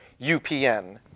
UPN